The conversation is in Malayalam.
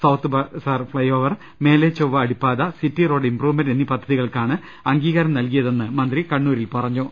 സൌത്ത് ബസാർ ഫ്ളൈഓവർ മേലെ ചൊവ്വ അടിപ്പാത സിറ്റി റോഡ് ഇംപ്രൂവ്മെന്റ് എന്നീ പദ്ധതികൾക്കാണ് അംഗീകാ രം നൽകിയതെന്ന് മന്ത്രി കണ്ണൂരിൽ പറഞ്ഞു